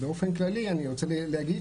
באופן כללי אני רוצה להגיד